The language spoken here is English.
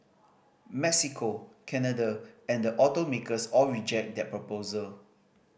Mexico Canada and the automakers all reject that proposal